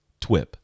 TWIP